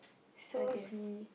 so he